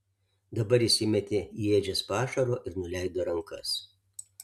dabar jis įmetė į ėdžias pašaro ir nuleido rankas